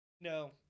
No